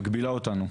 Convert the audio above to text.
מגבילה אותנו.